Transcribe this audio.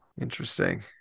Interesting